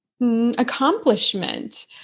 accomplishment